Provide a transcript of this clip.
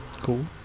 cool